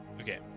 Okay